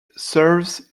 serves